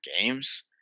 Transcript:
games